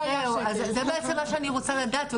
זה בעצם מה שאני רוצה לדעת.